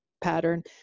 pattern